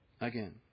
again